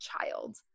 child